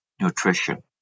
Nutrition